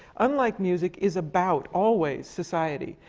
unlike music, is about, always, society.